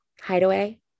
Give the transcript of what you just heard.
hideaway